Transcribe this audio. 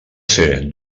ser